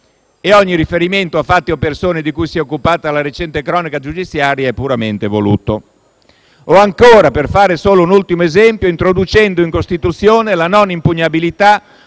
(ogni riferimento a fatti e persone di cui si è occupata la recente cronaca giudiziaria è puramente voluto); o ancora, per fare solo un ultimo esempio, introducendo in Costituzione la non impugnabilità